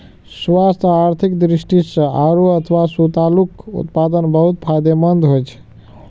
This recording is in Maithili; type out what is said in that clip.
स्वास्थ्य आ आर्थिक दृष्टि सं आड़ू अथवा सतालूक उत्पादन बहुत फायदेमंद होइ छै